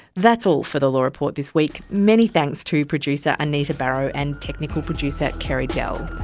that's all for the law report this week. many thanks to producer anita barraud, and technical producer carey dell.